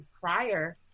prior